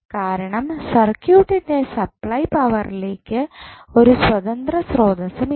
കാരണം സർക്യൂത്തിൻ്റെ സപ്ലൈ പവറിലേക്ക് ഒരു സ്വതന്ത്ര സ്രോതസ്സും ഇല്ല